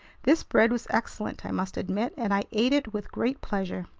this bread was excellent, i must admit, and i ate it with great pleasure.